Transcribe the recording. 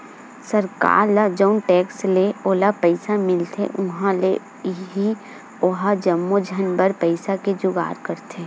सरकार ल जउन टेक्स ले ओला पइसा मिलथे उहाँ ले ही ओहा जम्मो झन बर पइसा के जुगाड़ करथे